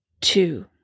Two